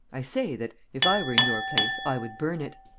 i say that, if i were in your place, i would burn it.